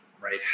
right